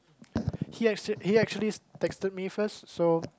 he actually he actually texted me first so